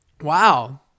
Wow